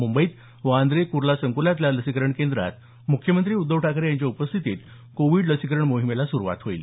मुंबईत वांद्रे कुर्ला संकुलातल्या लसीकरण केंद्रात मुख्यमंत्री उद्धव ठाकरे यांच्या उपस्थितीत कोविड लसीकरण मोहिमेला सुरवात होईल